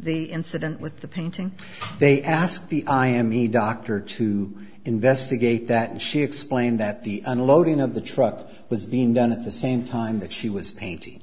the incident with the painting they asked me i am a doctor to investigate that and she explained that the unloading of the truck was being done at the same time that she was painting